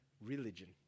religion